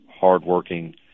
hardworking